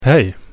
Hey